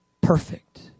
Perfect